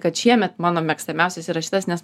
kad šiemet mano mėgstamiausias yra šitas nes